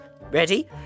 Ready